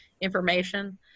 information